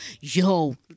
yo